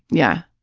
yeah.